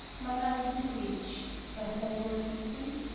mine eyes do itch doth that bode weeping?